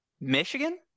Michigan